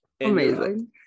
Amazing